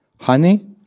honey